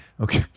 Okay